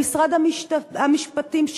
במשרד המשפטים,